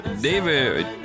David